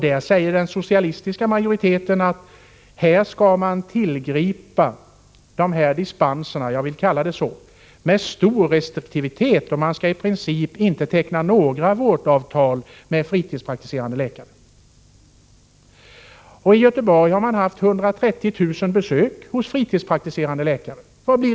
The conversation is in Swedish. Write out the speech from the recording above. Där säger den socialistiska majoriteten att man skall tillgripa dispenserna -— jag vill kalla det så — med stor restriktivitet, och man skall i princip inte teckna några vårdavtal med fritidspraktiserande läkare. I Göteborg har man haft 130 000 besök hos fritidspraktiserande läkare.